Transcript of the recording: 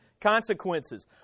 Consequences